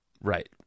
right